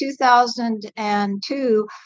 2002